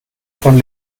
von